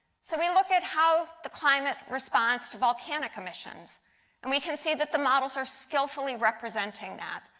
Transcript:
so we look at how the climate responds to volcanic emissions and we can see that the models are skillfully representing that.